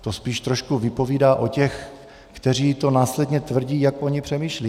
To spíš trošku vypovídá o těch, kteří to následně tvrdí, jak oni přemýšlejí.